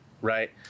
right